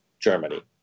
germany